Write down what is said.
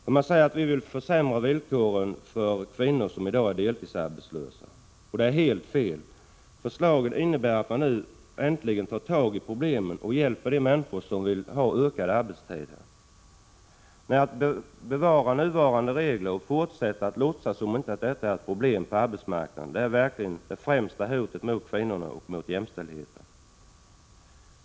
De säger att vi vill försämra villkoren för kvinnor som i dag är deltidsarbetslösa. Detta är helt fel. Förslaget innebär att man nu äntligen tar tag i problemen och hjälper de människor som vill ha ökade arbetstider. Att bevara nuvarande regler och fortsätta att låtsas som om detta inte är ett problem på arbetsmarknaden är verkligen det främsta hotet mot kvinnorna och mot jämställdheten.